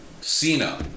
Cena